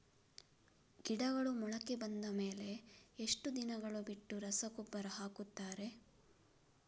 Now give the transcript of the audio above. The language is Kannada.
ಗಿಡಗಳು ಮೊಳಕೆ ಬಂದ ಮೇಲೆ ಎಷ್ಟು ದಿನಗಳು ಬಿಟ್ಟು ರಸಗೊಬ್ಬರ ಹಾಕುತ್ತಾರೆ?